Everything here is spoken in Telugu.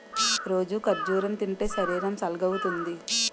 రోజూ ఖర్జూరం తింటే శరీరం సల్గవుతుంది